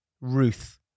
Ruth